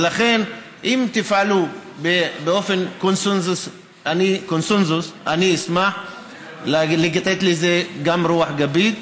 ולכן אם תפעלו באופן קונסנזואלי אשמח לתת לזה גם רוח גבית.